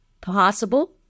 possible